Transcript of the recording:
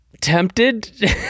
Tempted